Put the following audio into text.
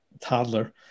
toddler